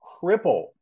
cripple